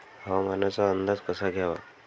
हवामानाचा अंदाज कसा घ्यावा?